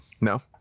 no